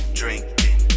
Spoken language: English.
drinking